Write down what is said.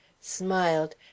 smiled